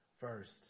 first